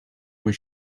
was